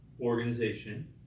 organization